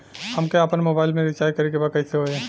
हमके आपन मोबाइल मे रिचार्ज करे के बा कैसे होई?